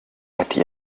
ati